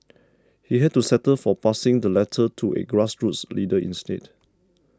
he had to settle for passing the letter to a grassroots leader instead